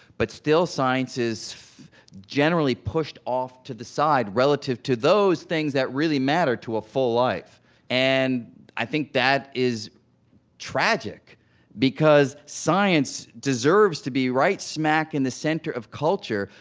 but still, science is generally pushed off to the side relative to those things that really matter to a full life and i think that is tragic because science deserves to be right smack in the center of culture,